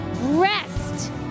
rest